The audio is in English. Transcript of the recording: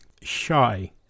shy